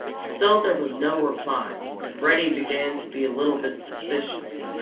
still there was no reply, and reddy began to be a little bit suspicious.